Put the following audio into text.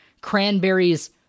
cranberries